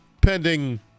pending